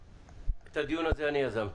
את הדיון הזה אני יזמתי,